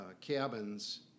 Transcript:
cabins